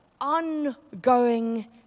ongoing